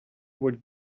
would